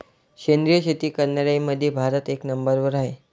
सेंद्रिय शेती करनाऱ्याईमंधी भारत एक नंबरवर हाय